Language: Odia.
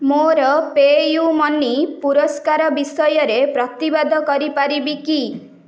ମୋର ପେ' ୟୁ ମନି ପୁରସ୍କାର ବିଷୟରେ ପ୍ରତିବାଦ କରିପାରିବି କି